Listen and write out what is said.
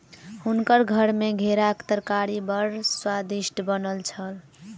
हुनकर घर मे घेराक तरकारी बड़ स्वादिष्ट बनल छल